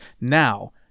Now